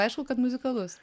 aišku kad muzikalus